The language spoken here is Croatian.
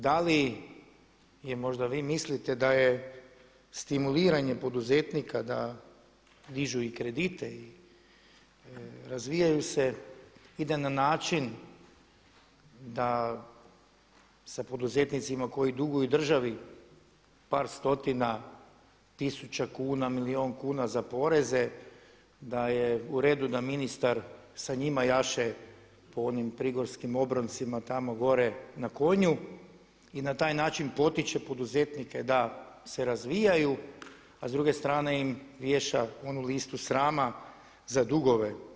Da li ili možda vi mislite da je stimuliranje poduzetnika da dižu i kredite i razvijaju se i da na način da sa poduzetnicima koji duguju državi par stotina tisuća kuna, milijun kuna za poreze da je u redu da ministar sa njima jaše po onim prigorskim obroncima tamo gore na konju i na taj način potiče poduzetnike da se razvijaju a s druge strane im vješa onu listu srama za dugove.